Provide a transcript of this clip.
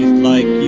like